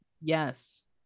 Yes